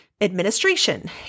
administration